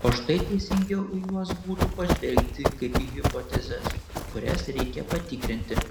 o štai teisingiau į juos būtų pažvelgti kaip į hipotezes kurias reikia patikrinti